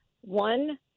one